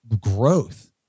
growth